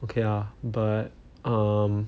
okay lah but um